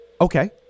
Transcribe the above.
Okay